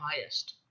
highest